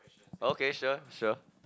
okay sure sure